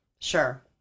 Sure